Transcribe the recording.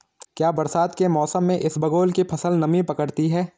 क्या बरसात के मौसम में इसबगोल की फसल नमी पकड़ती है?